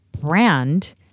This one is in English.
brand